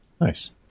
Nice